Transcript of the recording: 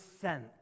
sent